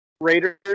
Raiders